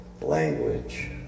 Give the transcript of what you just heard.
language